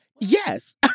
yes